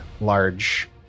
large